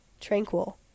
tranquil